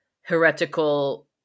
heretical